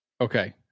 Okay